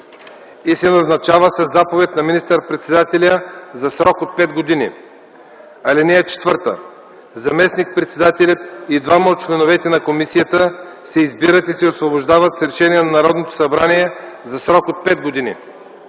и се назначава със заповед на министър-председателя за срок от пет години. (4) Заместник-председателят и двама от членовете на комисията се избират и освобождават с решение на Народното събрание за срок от пет години.